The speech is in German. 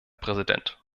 präsident